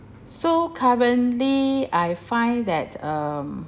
so currently I find that um